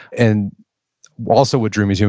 and also what drew me, so